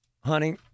Honey